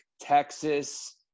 Texas –